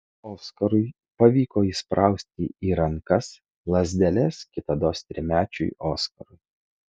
oskarui pavyko įsprausti į rankas lazdeles kitados trimečiui oskarui